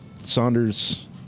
Saunders